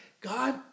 God